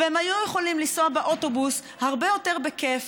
הם היו יכולים לנסוע באוטובוס הרבה יותר בכיף,